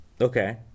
Okay